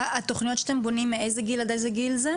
התוכניות שאתם בונים מאיזה גיל עד איזה גיל זה?